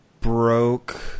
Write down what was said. broke